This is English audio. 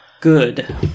good